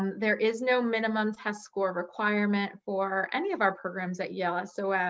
um there is no minimum test score requirement for any of our programs at yale. and so yeah